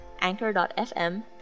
Anchor.fm